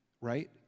right